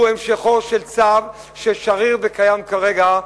הוא המשכו של צו ששריר וקיים כרגע,